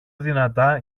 δυνατά